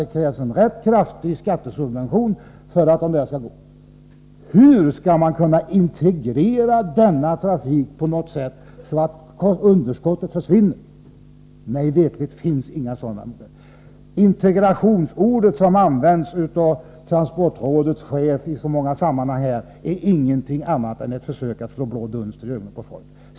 Det krävs en ganska kraftig skattereduktion för det. Hur skall denna trafik kunna integreras så att underskottet försvinner? Det finns inga sådana möjligheter. Ordet integration, som i så många sammanhang används av transportrådets chef, är inget annat än att försöka slå blå dunster i ögonen på folk.